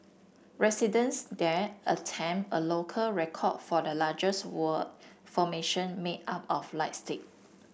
residents there attempt a local record for the largest word formation made up of light stick